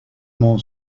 mon